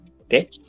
okay